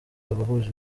abahuje